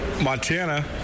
Montana